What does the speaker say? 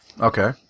Okay